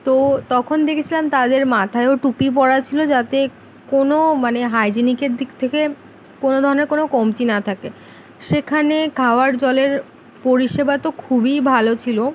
তো তখন দেখেছিলাম তাদের মাথায়ও টুপি পরা ছিলো যাতে কোনো মানে হাইজিনিকের দিক থেকে কোনো ধরনের কোনো কমতি না থাকে সেখানে খাওয়ার জলের পরিষেবা তো খুবই ভালো ছিলো